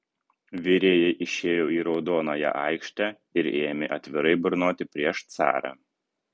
virėjai išėjo į raudonąją aikštę ir ėmė atvirai burnoti prieš carą